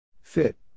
Fit